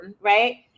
right